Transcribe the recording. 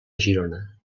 girona